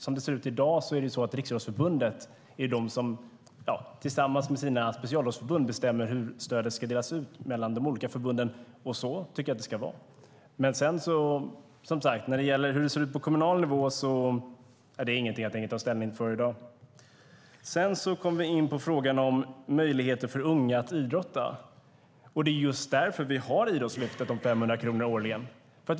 Som det ser ut i dag är det Riksidrottsförbundet som tillsammans med sina specialidrottsförbund bestämmer hur stödet ska fördelas mellan de olika förbunden. Så tycker jag att det ska vara. Men jag tänker alltså inte ta ställning till hur det ser ut på kommunal nivå i dag. Sedan kommer vi in på frågan om möjligheter för unga att idrotta. Det är just därför vi har Idrottslyftet på 500 kronor årligen.